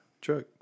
truck